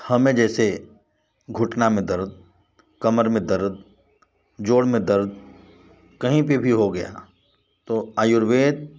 हमें जैसे घुटना में दर्द कमर में दर्द जोड़ में दर्द कहीं पे भी हो गया तो आयुर्वेद